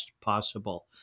possible